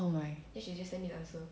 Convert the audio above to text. oh my